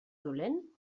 dolent